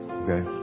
okay